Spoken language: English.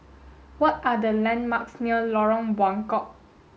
what are the landmarks near Lorong Buangkok